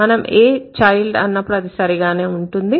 మనం a child అన్నప్పుడు అది సరిగానే ఉంటుంది